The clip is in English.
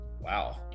wow